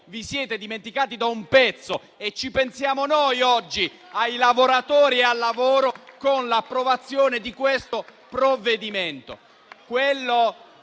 vi siete dimenticati da un pezzo. *(Applausi. Commenti)*. Ci pensiamo noi oggi ai lavoratori e al lavoro, con l'approvazione di questo provvedimento.